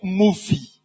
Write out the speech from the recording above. movie